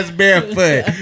barefoot